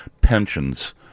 pensions